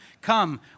come